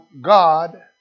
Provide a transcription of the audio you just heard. God